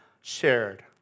shared